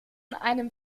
einem